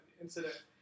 incident